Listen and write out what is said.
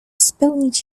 spełnić